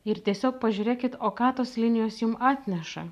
ir tiesiog pažiūrėkit o ką tos linijos jum atneša